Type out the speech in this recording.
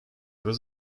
was